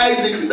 Isaac